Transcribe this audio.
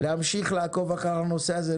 להמשיך לעקוב אחר הנושא הזה,